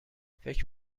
فکر